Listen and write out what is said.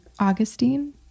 Augustine